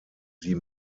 sie